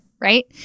right